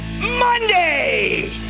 Monday